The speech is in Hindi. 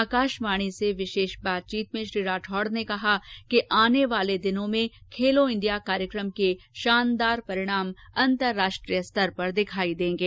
आकाशवाणी से विशेष बातचीत में श्री राठौड़ ने कहा कि आने वाले दिनों में खेलो इंडिया कार्यक्रम के शानदार परिणाम अंतर्राष्ट्रीय स्तर पर दिखाई देंगे